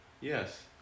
Yes